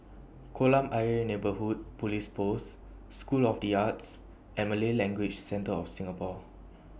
Kolam Ayer Neighbourhood Police Post School of The Arts and Malay Language Centre of Singapore